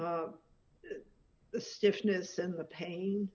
the stiffness and the pain